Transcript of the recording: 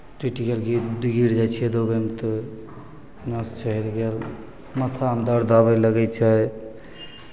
टुटि गेल गिर गिर जाइ छियै ओकरामे तऽ नस चढ़ि गेल माथामे दर्द आबय लगै छै